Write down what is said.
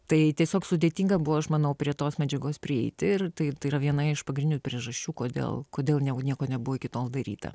tai tiesiog sudėtinga buvo aš manau prie tos medžiagos prieiti ir tai tai yra viena iš pagrindinių priežasčių kodėl kodėl ne nieko nebuvo iki tol daryta